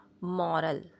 moral